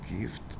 gift